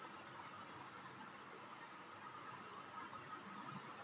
जलोढ़ मिट्टी हृयूमस और नाइट्रोजन से भरपूर होती है